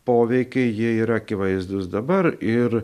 poveikiai jie yra akivaizdūs dabar ir